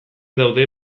daude